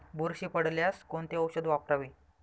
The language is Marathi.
बुरशी पडल्यास कोणते औषध वापरावे?